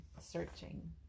searching